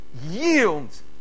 yield